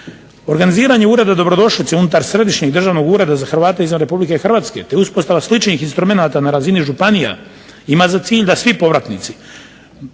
Organiziranje Ureda dobrodošlice unutar Središnjeg državnog ureda za Hrvate izvan RH te uspostava sličnih instrumenata na razini županija ima za cilj da svi povratnici